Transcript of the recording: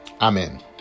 Amen